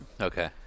Okay